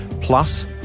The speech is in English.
Plus